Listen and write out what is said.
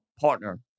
partner